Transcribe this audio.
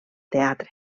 teatre